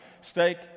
Steak